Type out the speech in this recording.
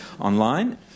online